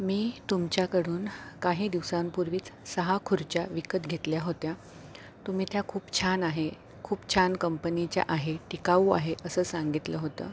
मी तुमच्याकडून काही दिवसांपूर्वीचं सहा खुर्च्या विकत घेतल्या होत्या तुम्ही त्या खूप छान आहे खूप छान कंपनीच्या आहे टिकाऊ आहे असं सांगितलं होतं